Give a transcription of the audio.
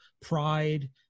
pride